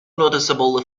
noticeable